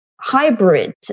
hybrid